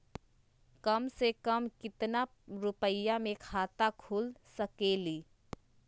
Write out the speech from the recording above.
कम से कम केतना रुपया में खाता खुल सकेली?